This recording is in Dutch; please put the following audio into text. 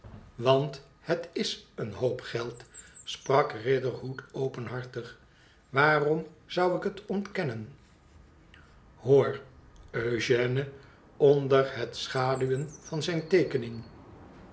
want het is een hoop geld sprak riderhood openhartig t waarom zou ik het ontkennen hoor eugène onder het schaduwen van zijne teekening